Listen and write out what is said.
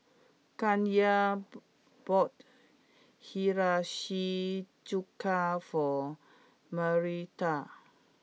Kanye ball bought Hiyashi Chuka for Marietta